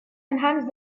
enhance